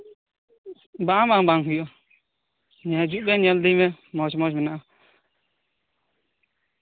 ᱵᱟᱝᱼᱵᱟᱝ ᱵᱟᱝ ᱦᱩᱭᱩᱜᱼᱟ ᱦᱟᱡᱩᱜ ᱵᱮᱱ ᱧᱮᱞ ᱤᱫᱤᱭ ᱵᱮᱱ ᱢᱚᱸᱡᱼᱢᱚᱸᱡ ᱢᱮᱱᱟᱜᱼᱟ